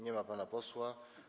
Nie ma pana posła.